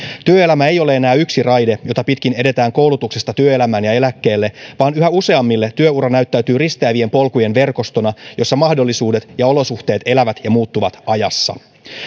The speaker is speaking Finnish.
työelämä ei ole enää yksi raide jota pitkin edetään koulutuksesta työelämään ja eläkkeelle vaan yhä useammille työura näyttäytyy risteävien polkujen verkostona jossa mahdollisuudet ja olosuhteet elävät ja muuttuvat ajassa